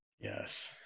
Yes